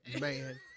man